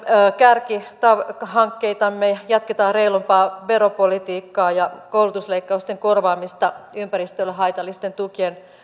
kärkihankkeitamme jatketaan reilumpaa veropolitiikkaa ja koulutusleikkausten korvaamista ympäristölle haitallisten tukien